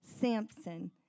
Samson